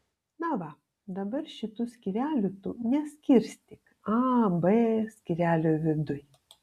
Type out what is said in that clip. na va dabar šitų skyrelių tu neskirstyk a b skyrelio viduj